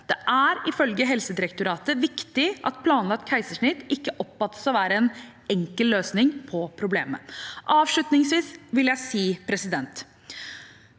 Det er ifølge Helsedirektoratet viktig at planlagt keisersnitt ikke oppfattes å være en enkel løsning på problemet. Avslutningsvis vil jeg framheve